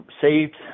saved